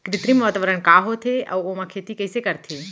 कृत्रिम वातावरण का होथे, अऊ ओमा खेती कइसे करथे?